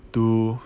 to